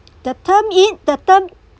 the term it the term